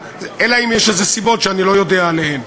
אלא אם כן יש סיבות שאני לא יודע עליהן.